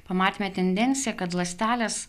pamatėme tendenciją kad ląstelės